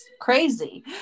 crazy